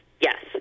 yes